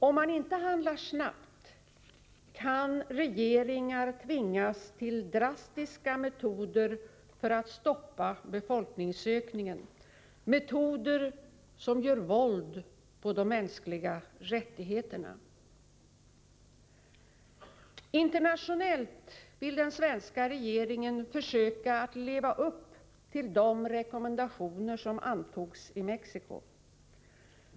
Om man inte handlar snabbt, kan regeringar tvingas till drastiska metoder för att stoppa befolkningsökningen — metoder som gör våld på de mänskliga rättigheterna. Internationellt vill den svenska regeringen försöka att leva upp till de rekommendationer som antogs i Mexico.